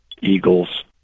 eagles